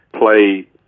play